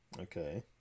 okay